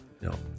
no